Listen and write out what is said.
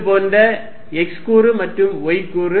இது போன்ற x கூறு மற்றும் y கூறு